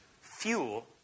fuel